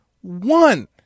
one